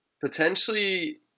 potentially